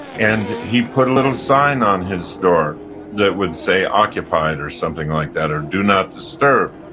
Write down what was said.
and he put a little sign on his door that would say occupied or something like that, or do not disturb,